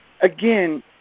Again